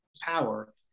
power